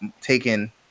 taken